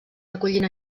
recollint